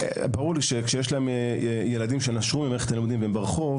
ברור לי שכשיש להם מידע על ילדים שנשרו ממערכת החינוך ונמצאים ברחובות,